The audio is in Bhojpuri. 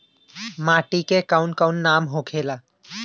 माटी के कौन कौन नाम होखेला?